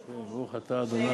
לתשומת לב כולם,